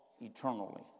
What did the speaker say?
eternally